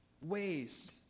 ways